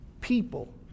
people